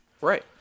right